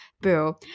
Boo